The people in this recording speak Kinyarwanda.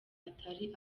atari